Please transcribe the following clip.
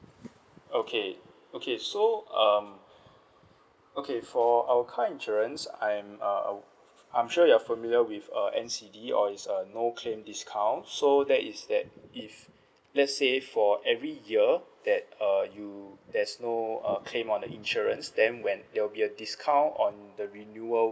okay okay so um okay for our car insurance I'm uh I'm sure you're familiar with uh N_C_D or it's uh no claim discount so that is that if let's say for every year that uh you there's no uh claim on the insurance then when there will be a discount on the renewal